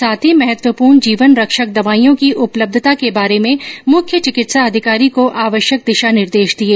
साथ ही महत्वपूर्ण जीवनरक्षक दवाईयों की उपलब्यता के बारे में मुख्य चिकित्सा अधिकारी को आवश्यक दिशा निर्देश दिए